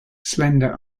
slender